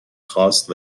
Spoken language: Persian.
خواست